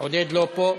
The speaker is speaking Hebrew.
עודד לא פה.